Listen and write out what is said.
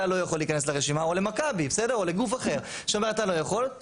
או למכבי או לגוף אחר: אתה לא יכול להיכנס לרשימה,